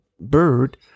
bird